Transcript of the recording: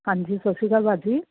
ਹਾਂਜੀ ਸਤਿ ਸ਼੍ਰੀ ਅਕਾਲ ਭਾਅ ਜੀ